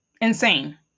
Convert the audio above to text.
Insane